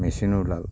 machine ওলাল